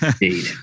Indeed